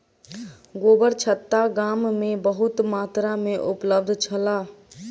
गोबरछत्ता गाम में बहुत मात्रा में उपलब्ध छल